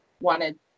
wanted